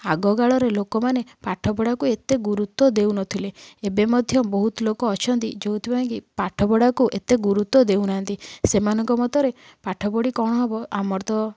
ଆଗକାଳରେ ଲୋକମାନେ ପାଠପଢ଼ାକୁ ଏତେ ଗୁରୁତ୍ଵ ଦେଉନଥିଲେ ଏବେ ମଧ୍ୟ ବହୁତ ଲୋକ ଅଛନ୍ତି ଯେଉଁଥିପାଇଁକି ପାଠପଢ଼ାକୁ ଏତେ ଗୁରୁତ୍ୱ ଦେଉନାହାଁନ୍ତି ସେମାନଙ୍କ ମତରେ ପାଠ ପଢ଼ି କ'ଣ ହେବ ଆମର ତ